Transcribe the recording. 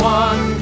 one